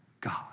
God